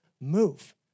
move